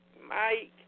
Mike